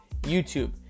youtube